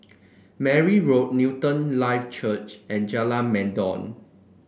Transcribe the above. Mary Road Newton Life Church and Jalan Mendong